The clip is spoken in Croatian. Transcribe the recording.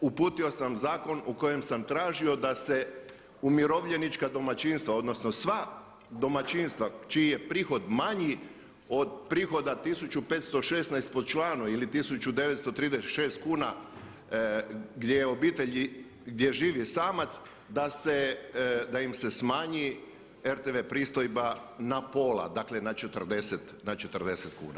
Uputio sam zakon u kojem sam tražio da se umirovljenička domaćinstva, odnosno sva domaćinstva čiji je prihod manji od prihoda 1516 po članu ili 1936 kuna gdje obitelji, gdje živi samac da im se smanji RTV pristojba na pola, dakle na 40 kuna.